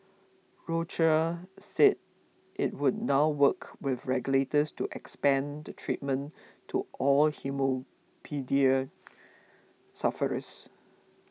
Roche said it would now work with regulators to expand the treatment to all haemophilia sufferers